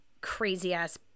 crazy-ass